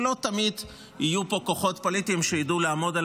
ולא תמיד יהיו פה כוחות פוליטיים שידעו לעמוד על